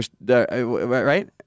Right